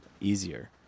easier